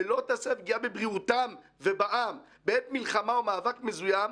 לא תסב פגיעה בבריאותם ובעם --- בעת מלחמה או מאבק מזוין,